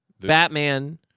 Batman